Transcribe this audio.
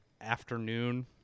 afternoon